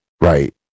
right